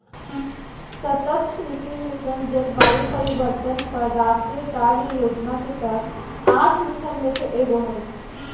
सतत कृषि मिशन, जलवायु परिवर्तन पर राष्ट्रीय कार्य योजना के तहत आठ मिशन में से एगो हइ